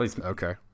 Okay